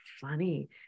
funny